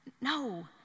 No